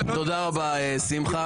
תודה רבה, שמחה.